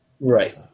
Right